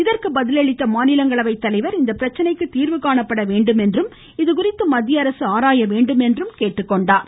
இதற்கு பதில் அளித்த மாநிலங்களவை தலைவர் இப்பிரச்சினைக்கு தீர்வு காணப்பட வேண்டும் என்றும் இதுகுறித்து மத்திய அரசு ஆராய வேண்டும் என்றும் குறிப்பிட்டார்